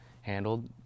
handled